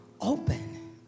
Open